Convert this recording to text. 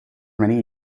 many